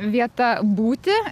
vieta būti